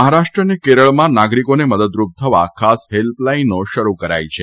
મહારાષ્ટ્ર અને કેરળમાં નાગરિકોને મદદરૂપ થવા ખાસ હેલ્પલાઇનો શરૂ કરાઇ છે